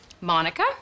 Monica